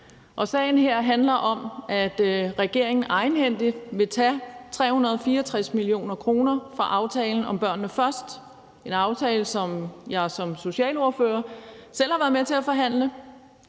Sagen her handler om, at regeringen egenhændigt vil tage 364 mio. kr. fra aftalen »Børnene Først«, som er en aftale, som jeg som socialordfører selv har været med til at forhandle.